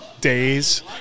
days